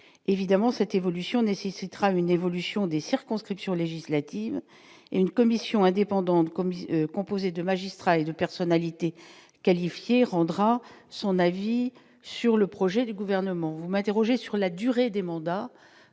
évidemment cette évolution nécessitera une évolution des circonscriptions législatives et une commission indépendante comme composée de magistrats et de personnalités qualifiées, rendra son avis sur le projet du gouvernement, vous m'interrogez sur la durée des mandats,